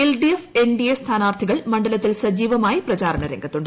LDF NDA സ്ഥാനാർത്ഥികൾ മണ്ഡലത്തിൽ സജീവമായി പ്രചാരണ രംഗത്തുണ്ട്